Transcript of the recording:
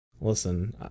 Listen